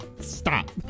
Stop